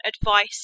advice